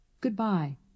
Goodbye